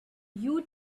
you